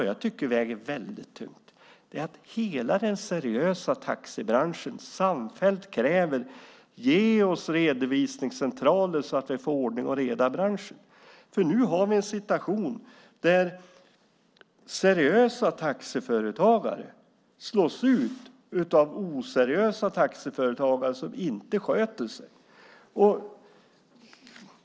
Det som väger tungt är att hela den seriösa taxibranschen samfällt kräver redovisningscentraler så att de får ordning och reda i branschen. Nu har vi en situation där seriösa taxiföretagare slås ut av oseriösa taxiföretagare, av sådana som inte sköter sig.